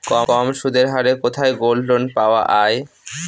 কম সুদের হারে কোথায় গোল্ডলোন পাওয়া য়ায়?